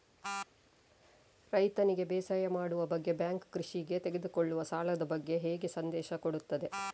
ರೈತನಿಗೆ ಬೇಸಾಯ ಮಾಡುವ ಬಗ್ಗೆ ಬ್ಯಾಂಕ್ ಕೃಷಿಗೆ ತೆಗೆದುಕೊಳ್ಳುವ ಸಾಲದ ಬಗ್ಗೆ ಹೇಗೆ ಸಂದೇಶ ಕೊಡುತ್ತದೆ?